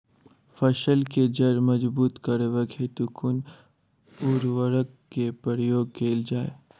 फसल केँ जड़ मजबूत करबाक हेतु कुन उर्वरक केँ प्रयोग कैल जाय?